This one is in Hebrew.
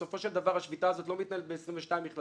בסופו של דבר השביתה הזאת לא מתנהלת ב-22 מכללות,